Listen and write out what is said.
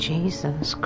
Jesus